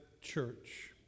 church